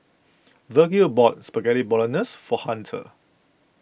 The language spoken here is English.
Virgil bought Spaghetti Bolognese for Hunter